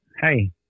Hey